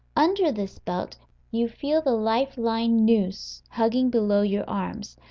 under this belt you feel the life-line noose hugging below your arms,